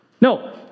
No